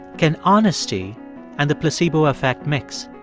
can honesty and the placebo effect mix?